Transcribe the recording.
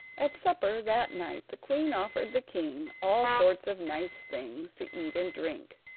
at supper that night the queen offered the king all sorts of nice things to eat and drink,